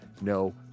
no